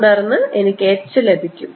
തുടർന്ന് എനിക്ക് H ലഭിക്കും